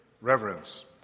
reverence